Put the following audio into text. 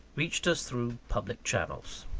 reached us through public channels.